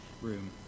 room